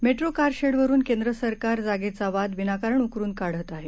metro car shed वरून केंद्र सरकार जागेचा वाद विनाकारण उकरून काढत आहे